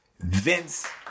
Vince